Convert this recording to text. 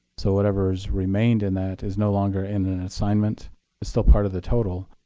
so whatever has remained in that is no longer in an assignment. it's still part of the total,